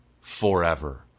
forever